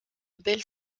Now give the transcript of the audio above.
belle